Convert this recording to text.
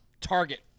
target